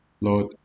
Lord